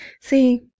See